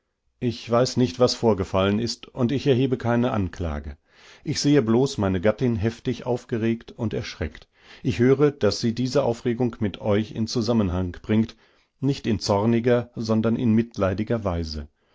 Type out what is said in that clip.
unfreundlich mit euch zu sprechen oder euch unfreundlichzubegegnen sagtemr frankland dernichtdeutlichhörte wassiesagte ichweißnicht wasvorgefallenistundicherhebekeineanklage ichsehebloßmeine gattin heftig aufgeregt und erschreckt ich höre daß sie diese aufregung mit euch in zusammenhang bringt nicht in zorniger sondern in mitleidiger weise